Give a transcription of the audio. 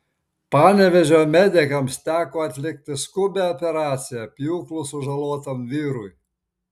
panevėžio medikams teko atlikti skubią operaciją pjūklu sužalotam vyrui